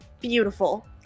Beautiful